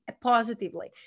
positively